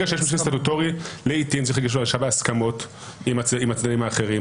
לעתים צריך הסכות עם הצדדים האחרים.